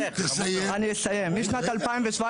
משנת 2017,